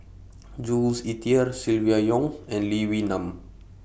Jules Itier Silvia Yong and Lee Wee Nam